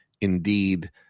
indeed